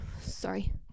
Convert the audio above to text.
Sorry